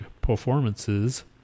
performances